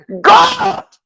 God